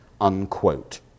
unquote